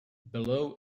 below